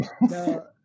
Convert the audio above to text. No